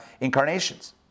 incarnations